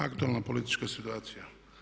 Aktualna politička situacija.